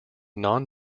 non